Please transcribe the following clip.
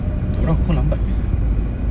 dia orang phone lambat bagi saya